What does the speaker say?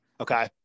Okay